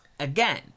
again